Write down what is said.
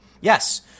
Yes